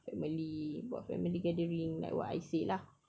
family buat family gathering like what I said lah